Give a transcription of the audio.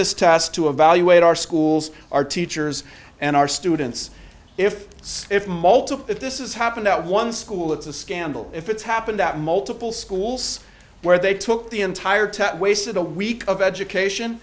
this test to evaluate our schools our teachers and arse students if if multiple that this is happened at one school it's a scandal if it's happened at multiple schools where they took the entire test wasted a week of education